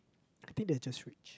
I think they are just rich